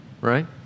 right